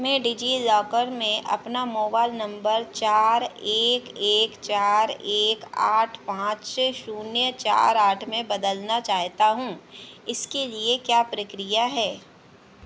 मैं डिज़िलॉकर में अपना मोबाइल नम्बर चार एक एक चार एक आठ पाँच ज़ीरो चार आठ में बदलना चाहता हूँ इसके लिए क्या प्रक्रिया है